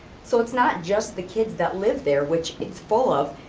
so it's not just the kids that live there, which it's full of,